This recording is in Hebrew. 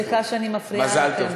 סליחה שאני מפריעה לכם בשיחה.